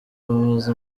bamaze